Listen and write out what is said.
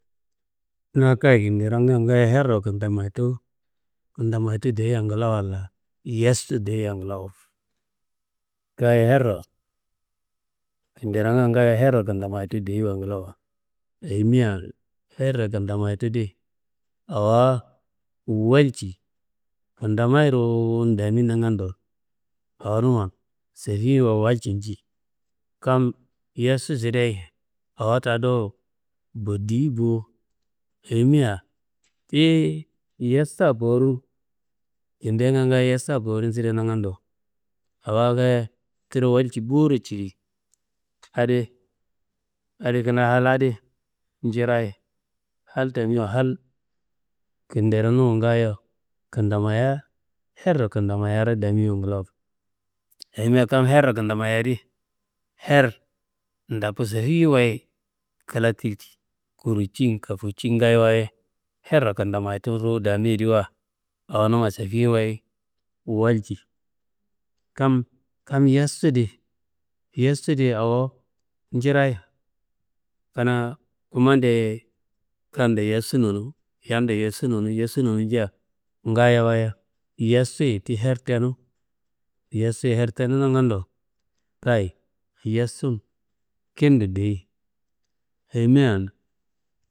Kanaa, kayi kideronga ngaayo herro kantamayitu, kantamayitu dyiyei nglawo walla yestu diyeyia nglawo. Kayi herro, kideronga ngaayo kayi herro ktammayitu diyeyia nglawo, ayimia awo walci ktammayi ruwun daami nangando awonuma sefiwaye walcu nji. Kam yestu sideyi awa towo bodiyi bo, ayimia tiyi yestu kowuro, kindenga ngaayo yestu kowuron sidea nangando awa ngaayo tiro walji bo ciri, adi kanaa hal di njirayi, hal tamiwa hal kinderonuma ngaayo kentamayiya, herro kentamayiyaro damiwa nglawo. Ayimia kam herro kentamayiyadi her ndako sefiyiwaye kla kiljei, kurucin kafuwucin ngaayowaye, her kentamayitu ruwu damiyediwa awonuma sefiwaye walci. Kam yestudi, yestudi awo njirayi kanaa kumandeyiye kando yestunonu yando yestunonu, yestunonu, yestunonu, yestunonu nja, ngaayowaye yestuyi ti her tenu, yestu ti her tenu nangando, kayi yestu kintun duyi. Ayimia.